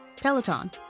Peloton